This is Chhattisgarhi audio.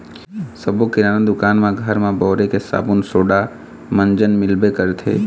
सब्बो किराना दुकान म घर म बउरे के साबून सोड़ा, मंजन मिलबे करथे